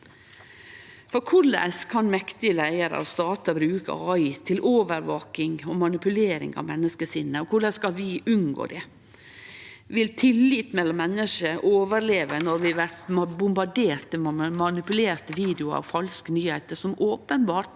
For korleis kan mektige leiarar og statar bruke KI til overvaking og manipulering av menneskesinnet, og korleis skal vi unngå det? Vil tillit mellom menneske overleve når vi blir bombarderte med manipulerte videoar og falske nyheiter, som openbert